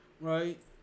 right